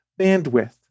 bandwidth